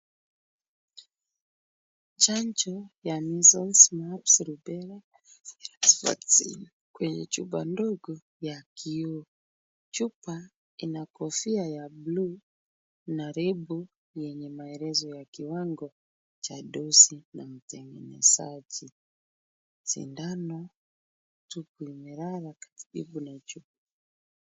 Chanjo ya Measles ,Mumps ,Lubella Vaccine (cs)kwenye chupa ndogo ya kioo, chupa in kofia ya bluu na lebo yenye maelezo ya kiwango cha dosi na mtengenezaji , sindano tupu imelala karibu na chupa.